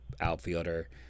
outfielder